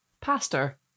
Pastor